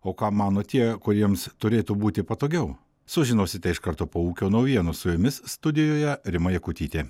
o ką mano tie kuriems turėtų būti patogiau sužinosite iš karto po ūkio naujienų su jumis studijoje rima jakutytė